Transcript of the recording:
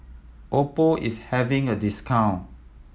oppo is having a discount